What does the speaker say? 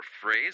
phrase